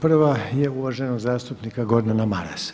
Prva je uvaženog zastupnika Gordana Marasa.